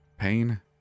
Pain